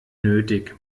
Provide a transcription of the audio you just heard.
nötig